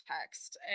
text